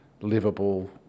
livable